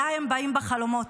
אליי הם באים בחלומות.